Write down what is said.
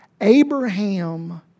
Abraham